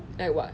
like what